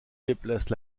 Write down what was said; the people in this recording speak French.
déplacent